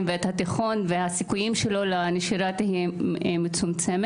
והתיכון והסיכויים שלו לנשירה יהיו נמוכים.